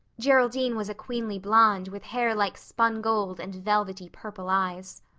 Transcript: geraldine was a queenly blonde with hair like spun gold and velvety purple eyes.